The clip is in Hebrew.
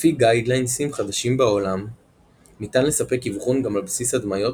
לפי גיידליינסים חדשים בעולם ניתן לספק אבחון גם על בסיס הדמיות